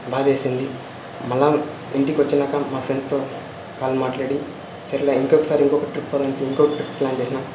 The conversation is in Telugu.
బాధేసింది మళ్ళీ ఇంటికొచ్చినాక మా ఫ్రెండ్స్తో కాల్ మాట్లాడి సర్లే ఇంకొకసారి ఇంకొక ట్రిప్పు ఇంకొక ట్రిప్ ప్లాన్ చేసినాం